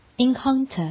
Encounter